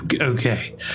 Okay